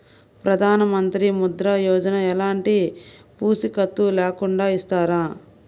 ప్రధానమంత్రి ముద్ర యోజన ఎలాంటి పూసికత్తు లేకుండా ఇస్తారా?